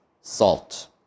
salt